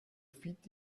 fit